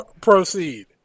Proceed